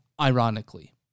ironically